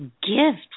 gift